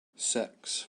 six